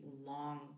long